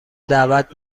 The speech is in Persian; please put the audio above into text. دعوت